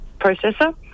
processor